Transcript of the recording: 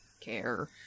care